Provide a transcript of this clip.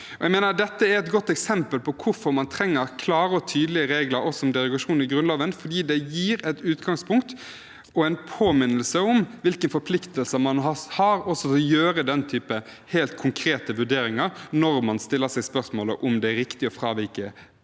dette er et godt eksempel på hvorfor man trenger klare og tydelige regler også om derogasjon i Grunnloven, for det gir et utgangspunkt og en påminnelse om hvilke forpliktelser man har til å gjøre slike helt konkrete vurderinger når man stiller seg spørsmålet om det er riktig å fravike